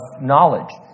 knowledge